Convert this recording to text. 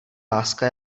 láska